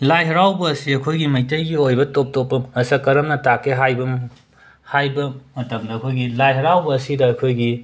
ꯂꯥꯏ ꯍꯔꯥꯎꯕ ꯑꯁꯤ ꯑꯩꯈꯣꯏꯒꯤ ꯃꯩꯇꯩꯒꯤ ꯑꯣꯏꯕ ꯇꯣꯞ ꯇꯣꯞꯄ ꯃꯁꯛ ꯀꯔꯝꯅ ꯇꯥꯛꯀꯦ ꯍꯥꯏꯕ ꯍꯥꯏꯕ ꯃꯇꯝꯗ ꯑꯩꯈꯣꯏꯒꯤ ꯂꯥꯏ ꯍꯔꯥꯎ ꯑꯁꯤꯗ ꯑꯩꯈꯣꯏꯒꯤ